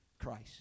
Christ